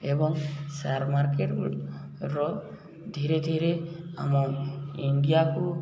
ଏବଂ ସେୟାର ମାର୍କେଟର ଧୀରେ ଧୀରେ ଆମ ଇଣ୍ଡିଆକୁ